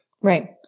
Right